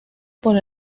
por